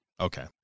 Okay